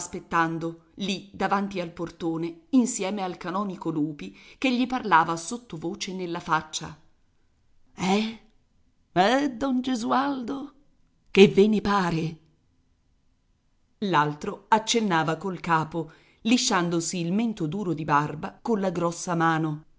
aspettando lì davanti al portone insieme al canonico lupi che gli parlava sottovoce nella faccia eh eh don gesualdo che ve ne pare l'altro accennava col capo lisciandosi il mento duro di barba colla grossa mano